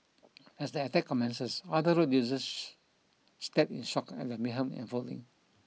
as the attack commences other road users stared in shock at the mayhem unfolding